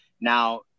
Now